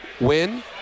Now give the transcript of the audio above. win